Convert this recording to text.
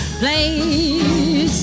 place